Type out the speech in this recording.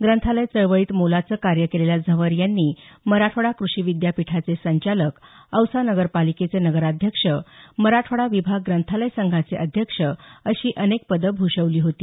ग्रंथालय चळवळीत मोलाचं कार्य केलेल्या झंवर यांनी मराठवाडा कृषी विद्यापीठाचे संचालक औसा नगरपालिकेचे नगराध्यक्ष मराठवाडा विभाग ग्रंथालय संघाचे अध्यक्ष अशी अनेक पदं भूषवली होती